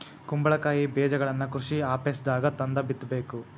ಕುಂಬಳಕಾಯಿ ಬೇಜಗಳನ್ನಾ ಕೃಷಿ ಆಪೇಸ್ದಾಗ ತಂದ ಬಿತ್ತಬೇಕ